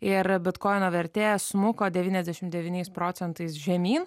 ir bitkoino vertė smuko devyniasdešimt devyniais procentais žemyn